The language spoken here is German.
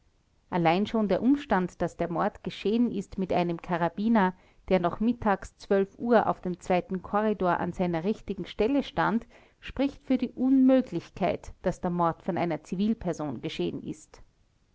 allein schon der umstand daß der mord geschehen ist mit einem karabiner der noch mittags uhr auf dem korridor an seiner richtigen stelle stand spricht für die unmöglichkeit daß der mord von einer zivilperson geschehen ist